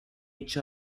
each